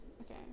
Okay